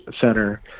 Center